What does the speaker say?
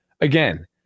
again